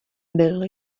byl